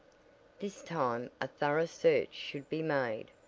this time a thorough search should be made,